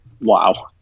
Wow